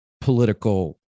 political